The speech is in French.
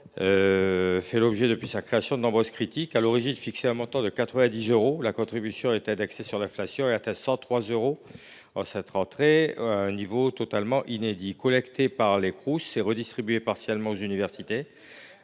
fait l’objet depuis sa création de nombreuses critiques. À l’origine fixée à un montant de 90 euros, la contribution est indexée sur l’inflation et atteint 103 euros en cette rentrée 2024, soit un niveau inédit. Collectée par les Crous et redistribuée partiellement aux universités,